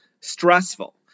stressful